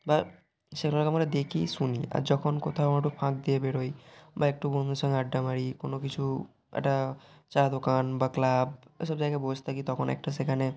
বা সেগুলোকে আমরা দেকি শুনি আর যখন কোথাও আমরা একটু ফাঁক দিয়ে বেরোই বা একটু বন্ধুর সঙ্গে আড্ডা মারি কোনও কিছু একটা চা দোকান বা ক্লাব এসব জায়গায় বসে থাকি তখন একটা সেখানে